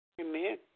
Amen